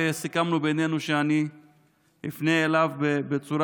וסיכמנו בינינו שאני אפנה אליו בצורה